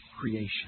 creation